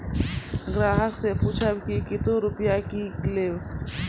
ग्राहक से पूछब की कतो रुपिया किकलेब?